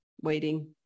waiting